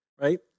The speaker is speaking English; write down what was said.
right